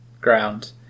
ground